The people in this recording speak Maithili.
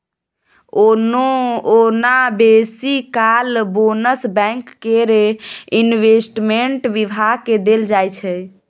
ओना बेसी काल बोनस बैंक केर इंवेस्टमेंट बिभाग केँ देल जाइ छै